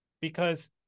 because-